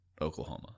Oklahoma